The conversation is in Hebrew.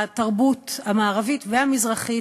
התרבות המערבית והמזרחית,